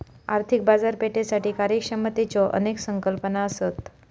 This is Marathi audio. आर्थिक बाजारपेठेसाठी कार्यक्षमतेच्यो अनेक संकल्पना असत